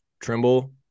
Trimble